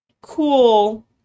cool